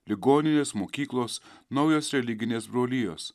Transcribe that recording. ligoninės mokyklos naujos religinės brolijos